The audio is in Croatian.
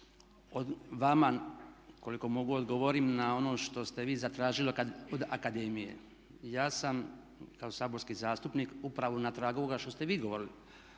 da vama koliko mogu odgovorim na ono što ste vi zatražili od akademije. Ja sam kao saborski zastupnik upravo na tragu ovoga što ste vi govorili